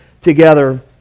together